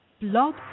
Blog